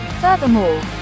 Furthermore